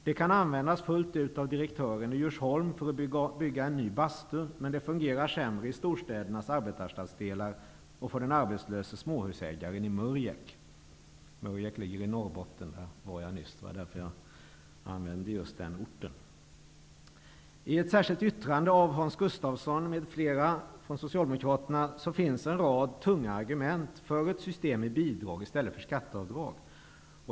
Det kan användas fullt ut av direktören i Djursholm för att bygga en ny bastu, men det fungerar sämre i storstädernas arbetarstadsdelar och för den arbetslöse småhusägaren i Murjek -- Murjek ligger i Norrbotten, där jag nyss har varit. Det var därför som jag använde just den orten som exempel. Socialdemokraterna finns det en rad tunga argument för ett system med bidrag i stället för skatteavdrag.